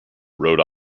rhode